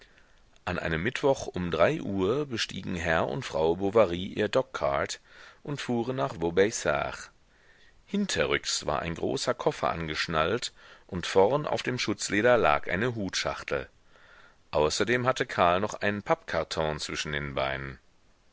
an einem mittwoch um drei uhr bestiegen herr und frau bovary ihren dogcart und fuhren nach vaubyessard hinterrücks war ein großer koffer angeschnallt und vorn auf dem schutzleder lag eine hutschachtel außerdem hatte karl noch einen pappkarton zwischen den beinen